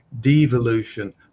devolution